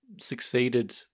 succeeded